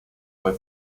fue